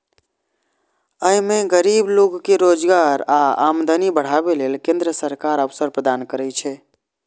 अय मे गरीब लोक कें रोजगार आ आमदनी बढ़ाबै लेल केंद्र सरकार अवसर प्रदान करै छै